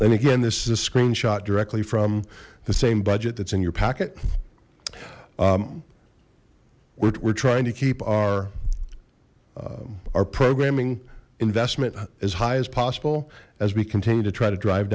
then again this is a screenshot directly from the same budget that's in your packet we're trying to keep our our programming investment as high as possible as we continue to try to drive